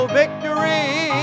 victory